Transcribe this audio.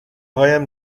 هایم